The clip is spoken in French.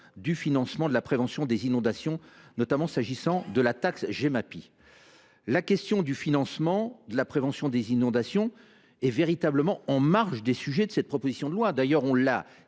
du financement de la prévention des inondations, notamment s’agissant de la taxe Gemapi. Or la question du financement de la prévention des inondations se situe en marge de la présente proposition de loi. Ainsi que